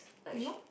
like she